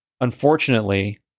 Unfortunately